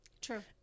True